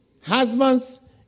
Husbands